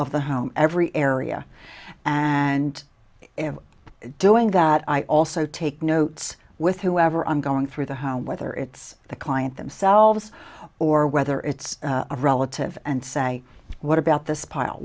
of the home every area and if doing that i also take notes with whoever i'm going through the home whether it's the client themselves or whether it's a relative and say what about this pile